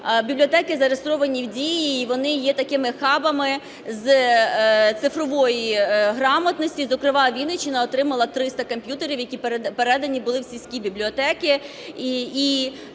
бібліотеки зареєстровані в Дії і вони є таким хабами з цифрової грамотності. Зокрема, Вінниччина отримала 300 комп'ютерів, які передані були в сільські бібліотеки,